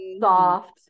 soft